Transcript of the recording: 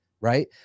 right